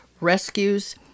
rescues